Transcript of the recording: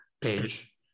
page